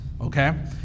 Okay